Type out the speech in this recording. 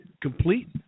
complete